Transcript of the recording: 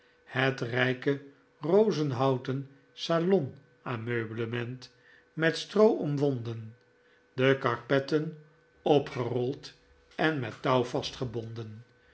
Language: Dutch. het rijke rozenhouten salonameublement met stroo omwonden de karpetten opgerold en met